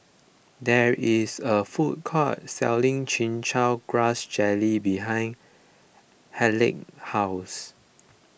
there is a food court selling Chin Chow Grass Jelly behind Haleigh's house